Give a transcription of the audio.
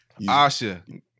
Asha